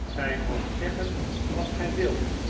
gij moogt zeggen wat gij wilt